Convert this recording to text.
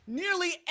nearly